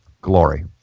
Glory